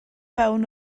fewn